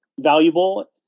valuable